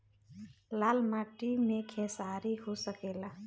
लाल माटी मे खेसारी हो सकेला?